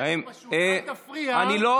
אחרת פשוט אל תפריע, אז אני אשלים בזמן.